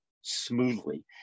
smoothly